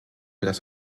das